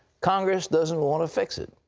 congress doesnt want to fix it.